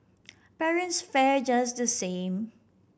parents fare just the same